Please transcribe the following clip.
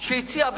שהציע: